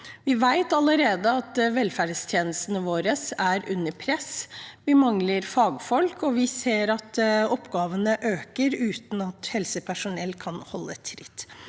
Vi vet allerede at velferdstjenestene våre er under press. Vi mangler fagfolk, og vi ser at oppgavene øker uten at helsepersonell kan holde tritt.